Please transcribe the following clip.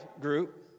group